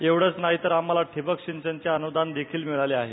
एवढंच नाही तर आम्हाला ठिबक सिंचनचं अनुदान देखील मिळालं आहे